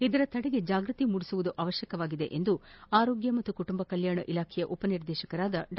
ಇದರ ತಡೆಗೆ ಜಾಗ್ಗತಿ ಮೂಡಿಸುವುದು ಅವಶ್ಯತವಾಗಿದೆ ಎಂದು ಆರೋಗ್ಯ ಮತ್ತು ಕುಟುಂಬ ಕಲ್ಯಾಣ ಇಲಾಖೆ ಉಪನಿರ್ದೇಶಕರಾದ ಡಾ